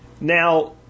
Now